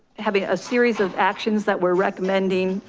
having a series of actions that we're recommending,